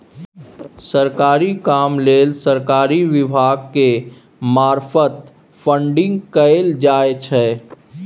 सरकारी काम लेल सरकारी विभाग के मार्फत फंडिंग कएल जाइ छै